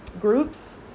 groups